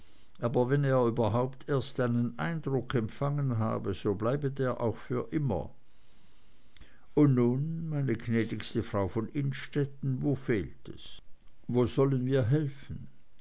aber wenn er überhaupt erst einen eindruck empfangen habe so bleibe der auch für immer und nun meine gnädigste frau von innstetten wo fehlt es wo sollen wir helfen